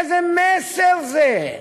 איזה מסר זה?